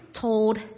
told